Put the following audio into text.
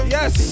Yes